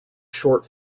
short